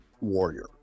warrior